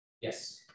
Yes